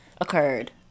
occurred